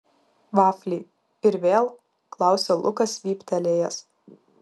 vafliai ir vėl klausia lukas vyptelėjęs